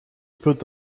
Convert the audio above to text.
put